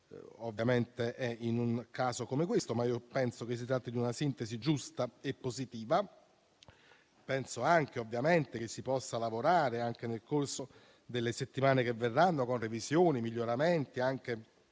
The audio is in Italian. ovviamente è in casi come questo, ma io penso che si tratti di una sintesi giusta e positiva. Penso anche che si possa lavorare nel corso delle settimane che verranno con revisioni, miglioramenti e